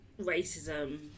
racism